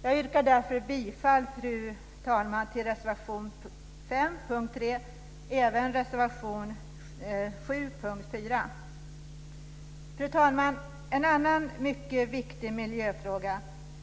Fru talman! Jag yrkar bifall till reservation 5 under punkt 3 och till reservation 7 under punkt 4. Fru talman! En annan mycket viktig miljöfråga